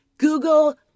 Google